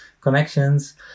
connections